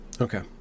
Okay